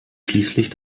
schließlich